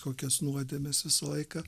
kokias nuodėmes visą laiką